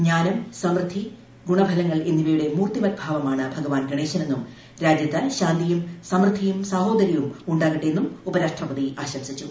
ജ്ഞാനം സമൃദ്ധി ഗുണഫലങ്ങൾ എന്നിവയുടെ മൂർത്തിമദ് ഭാവമാണ് ഭഗവാൻ ഗണേശനെന്നും രാജ്യത്ത് ശാന്തിയും സമൃദ്ധിയും സാഹോദര്യവും ഉണ്ടാകട്ടെ എന്നും ഉപരാഷ്ട്രപതി ആശംസിച്ചു